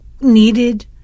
needed